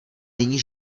není